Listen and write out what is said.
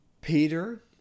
Peter